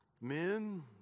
Men